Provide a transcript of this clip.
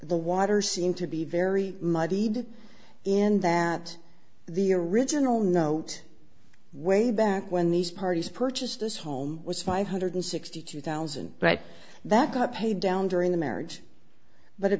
the water seemed to be very muddied in that the original note way back when these parties purchased this home was five hundred sixty two thousand but that got paid down during the marriage but it